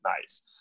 nice